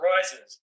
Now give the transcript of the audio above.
Rises